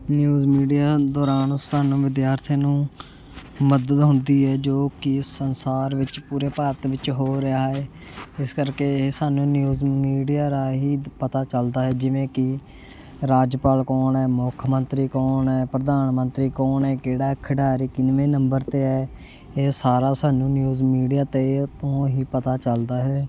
news media ਦੌਰਾਨ ਸਾਨੂੰ ਵਿਦਿਆਰਥੀਆਂ ਨੂੰ ਮਦਦ ਹੁੰਦੀ ਹੈ ਜੋ ਕਿ ਸੰਸਾਰ ਵਿੱਚ ਪੂਰੇ ਭਾਰਤ ਵਿੱਚ ਹੋ ਰਿਹਾ ਏ ਇਸ ਕਰਕੇ ਇਹ ਸਾਨੂੰ ਨਿਊਜ਼ ਮੀਡੀਆ ਰਾਹੀਂ ਪਤਾ ਚੱਲਦਾ ਹੈ ਜਿਵੇਂ ਕੀ ਰਾਜਪਾਲ ਕੌਣ ਹੈ ਮੁੱਖ ਮੰਤਰੀ ਕੌਣ ਹੈ ਪ੍ਰਧਾਨ ਮੰਤਰੀ ਕੌਣ ਹੈ ਕਿਹੜਾ ਖਿਡਾਰੀ ਕਿੰਨਵੇਂ ਨੰਬਰ 'ਤੇ ਹੈ ਇਹ ਸਾਰਾ ਸਾਨੂੰ ਨਿਊਜ਼ ਮੀਡੀਆ 'ਤੇ ਤੋਂ ਹੀ ਪਤਾ ਚੱਲਦਾ ਹੈ